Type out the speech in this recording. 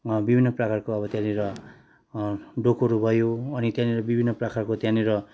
विभिन्न प्रकारको अब त्यहाँनिर डोकोहरू भयो अनि त्यहाँनिर विभिन्न प्रकारको त्यहाँनिर